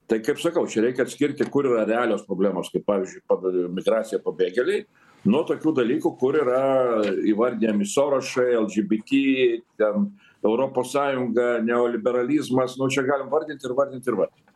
tai kaip sakau čia reikia atskirti kur yra realios problemos kaip pavyzdžiui padavė migraciją pabėgėliai nuo tokių dalykų kur yra įvardijami sorošai el dži bi ti ten europos sąjunga neoliberalizmas nu čia galim vardinti ir vardinti ir vardinti